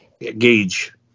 Gauge